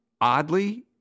oddly